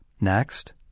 Next